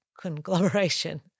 conglomeration